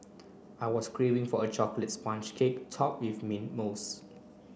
I was craving for a chocolate sponge cake topped with mint mousse